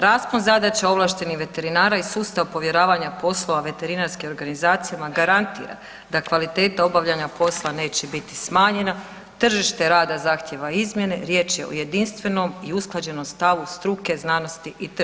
Raspon zadaće ovlaštenih veterinara i sustav povjeravanja poslova veterinarske organizacijama garantira da kvaliteta obavljanja posla neće biti smanjena, tržište rada zahtijeva izmjene, riječ je o jedinstvenom i usklađenom stavu struke, znanosti i tržišta.